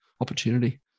opportunity